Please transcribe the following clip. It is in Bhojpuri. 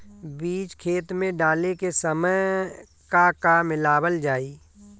बीज खेत मे डाले के सामय का का मिलावल जाई?